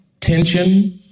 tension